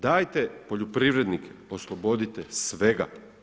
Dajte poljoprivrednike oslobodite svega.